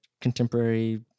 contemporary